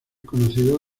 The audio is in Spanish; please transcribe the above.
conocido